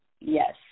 Yes